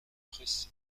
pressé